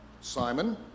Simon